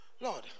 Lord